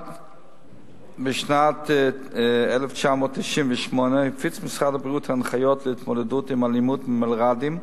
בשנת 1998 הפיץ משרד הבריאות הנחיות להתמודדות עם אלימות במלר"דים,